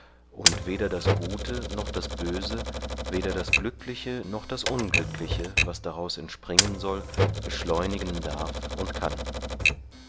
und weder das gute noch das böse weder das glückliche noch das unglückliche was daraus entspringen soll beschleunigen darf und kann